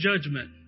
judgment